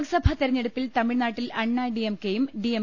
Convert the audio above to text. ലോക്സഭാ തെർഞ്ഞെടുപ്പിൽ തമിഴ്നാട്ടിൽ അണ്ണാഡിഎംകെയും ഡിഎം